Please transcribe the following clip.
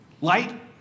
Light